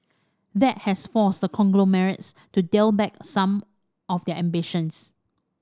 that has forced the conglomerates to dial back some of their ambitions